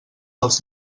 els